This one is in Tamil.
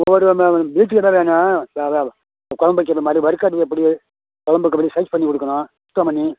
ஒரு நம்ம பீச் கிட்டே வேணும் சாதா குழம்பு வைக்கிற மாதிரி வறுக்கிறது எப்படி குழம்பு வைக்கிற மாதிரி சைஸ் பண்ணி கொடுக்கணும் சுத்தம் பண்ணி